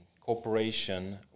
cooperation